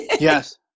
Yes